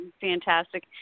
fantastic